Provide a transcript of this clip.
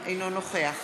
אינו נוכח